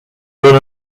run